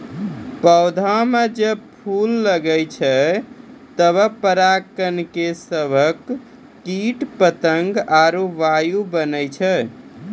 पौधा म जब फूल लगै छै तबे पराग कण के सभक कीट पतंग आरु वायु बनै छै